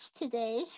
today